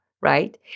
right